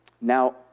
Now